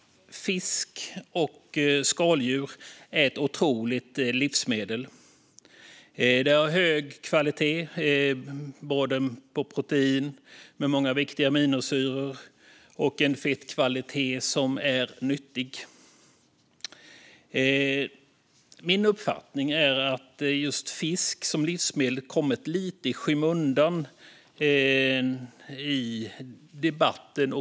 Fisk och skaldjur är otroliga livsmedel. De har hög kvalitet, innehåller mycket protein och många viktiga aminosyror och har en fettkvalitet som är nyttig. Min uppfattning är att fisk som livsmedel har kommit lite i skymundan i debatten.